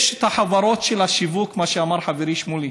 יש את החברות של השיווק, מה שאמר חברי שמולי,